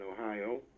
Ohio